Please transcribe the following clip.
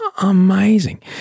Amazing